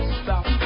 stop